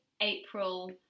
april